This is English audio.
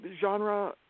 genre